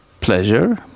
pleasure